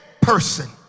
person